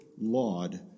laud